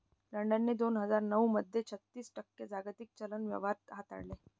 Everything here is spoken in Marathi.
लंडनने दोन हजार नऊ मध्ये छत्तीस टक्के जागतिक चलन व्यवहार हाताळले